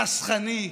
חסכני,